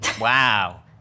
Wow